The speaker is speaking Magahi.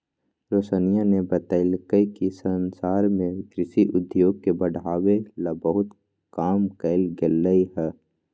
रोशनीया ने बतल कई कि संसार में कृषि उद्योग के बढ़ावे ला बहुत काम कइल गयले है